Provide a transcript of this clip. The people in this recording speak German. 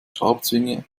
schraubzwinge